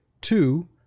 two